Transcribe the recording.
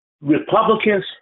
Republicans